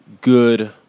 good